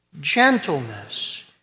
gentleness